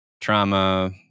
trauma